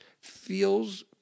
feels